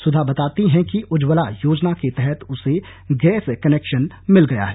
सुधा बताती है कि उज्जवला योजना के तहत उसे गैस कनेक्शन मिल गया है